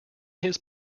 his